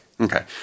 Okay